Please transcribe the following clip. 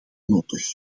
nodig